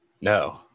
No